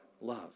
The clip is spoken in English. love